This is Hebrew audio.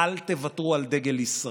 אל תוותרו על דגל ישראל,